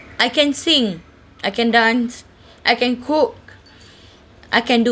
I can sing I can dance I can cook I can do